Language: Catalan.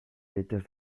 viatges